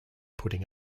putting